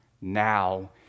now